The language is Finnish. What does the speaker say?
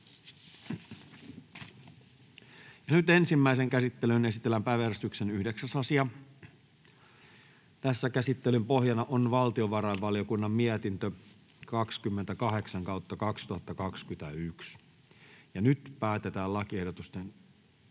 Ensimmäiseen käsittelyyn esitellään päiväjärjestyksen 6. asia. Käsittelyn pohjana on valtiovarainvaliokunnan mietintö VaVM 30/2021 vp. Nyt päätetään lakiehdotusten sisällöstä.